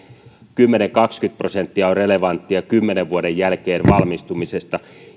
kymmenen viiva kaksikymmentä prosenttia on relevanttia kymmenen vuoden jälkeen valmistumisesta